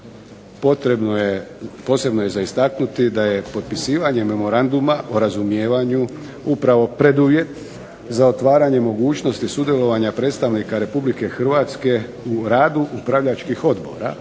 Potrebno je, posebno je za istaknuti da je potpisivanje memoranduma o razumijevanju upravo preduvjet za otvaranje mogućnosti sudjelovanja predstavnika Republike Hrvatske u radu upravljačkih odbora,